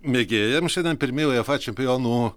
mėgėjam šiandien pirmieji uefa čempionų